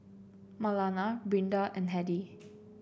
Marlana Brinda and Hedy